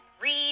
read